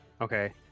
Okay